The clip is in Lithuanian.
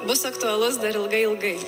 bus aktualus dar ilgai ilgai